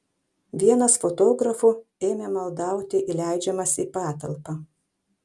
vienas fotografų ėmė maldauti įleidžiamas į patalpą